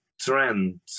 trend